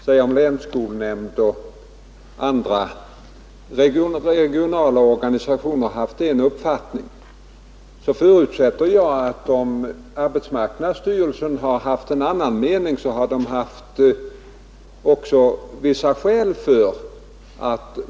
Om arbetsmarknadsstyrelsen haft en annan uppfattning än länsskolnämnden och andra regionala organ, så förutsätter jag att det också funnits skäl för det.